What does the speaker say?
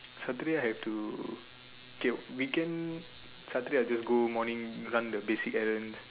Saturday I have to okay weekend Saturday I just go morning run the basic errands